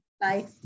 Bye